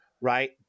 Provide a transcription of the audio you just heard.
right